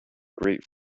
great